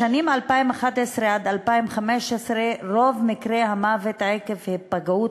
בשנים 2011 2015 רוב מקרי המוות עקב היפגעות